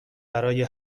برای